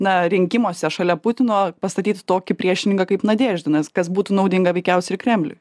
na rinkimuose šalia putino pastatyti tokį priešininką kaip nadeždinas kas būtų naudinga veikiausiai ir kremliui